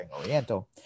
Oriental